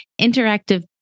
interactive